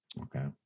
Okay